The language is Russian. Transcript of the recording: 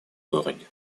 дороги